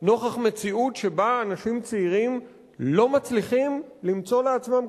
נוכח מציאות שבה אנשים לא מצליחים למצוא לעצמם קורת-גג.